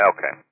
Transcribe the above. Okay